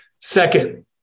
Second